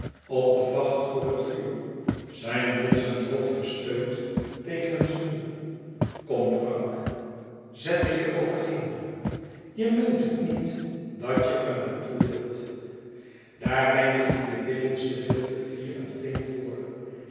op de vacht voor het vuur zijn bonzend hoofd gesteund tegen een stoel kom frank zet er je overheen je meent het niet dat je er naar toe wilt daar ben je in je binnenste veel te fier en flink voor